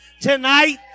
Tonight